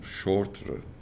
shorter